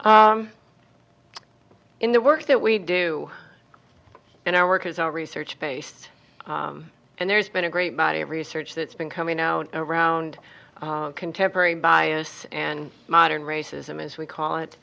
you in the work that we do in our work is all research based and there's been a great body of research that's been coming out around contemporary bios and modern racism as we call it